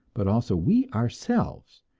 but also we ourselves,